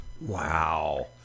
Wow